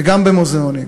וגם במוזיאונים.